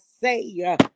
say